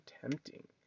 tempting